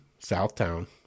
Southtown